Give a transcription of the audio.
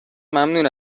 ممنون